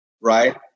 right